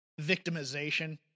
victimization